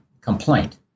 complaint